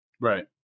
Right